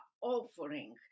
offering